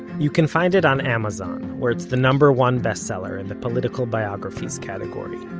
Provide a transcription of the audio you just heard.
you can find it on amazon, where it's the number one bestseller in the political biographies category